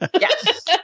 Yes